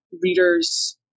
readers